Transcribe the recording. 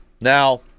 Now